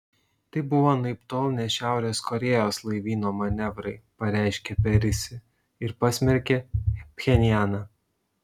tai buvo anaiptol ne šiaurės korėjos laivyno manevrai pareiškė perisi ir pasmerkė pchenjaną